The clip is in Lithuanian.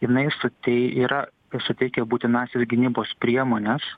jinai sutei yra suteikia būtinąsias gynybos priemones